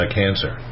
cancer